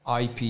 IP